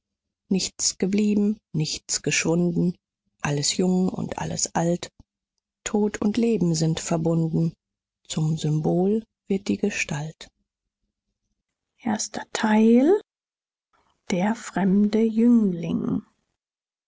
nichts geblieben nichts geschwunden alles jung und alles alt tod und leben sind verbunden zum symbol wird die gestalt erster teil der fremde jüngling